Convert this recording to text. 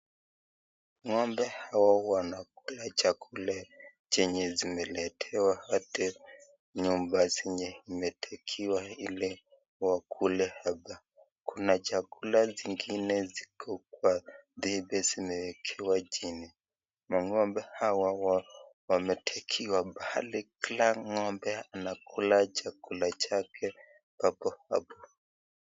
Ngombe hawa wanakula chakula chenye zimeletewa, ipate ndani ya nyumba ile zimetekewa ili wakule hapa. Kuna chakula zingine dhidi zimewekewa chini, ngombe hawa wametekewa mahali kila ngombe anakula chake hapo hapo.